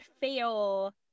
fail